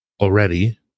already